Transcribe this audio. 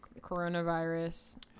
coronavirus